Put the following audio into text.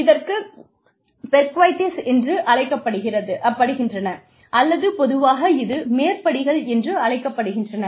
இதற்கு பெர்குசைட்ஸ் என்று அழைக்கப்படுகின்றன அல்லது பொதுவாக இது மேற்படிகள் என்று அழைக்கப்படுகின்றன